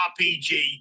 RPG